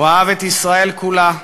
הוא אהב את ישראל כולה,